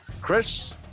Chris